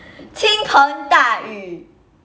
倾盆大雨